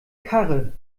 karre